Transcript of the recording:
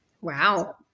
Wow